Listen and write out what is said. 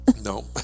No